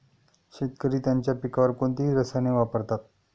शेतकरी त्यांच्या पिकांवर कोणती रसायने वापरतात?